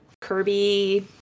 kirby